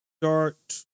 start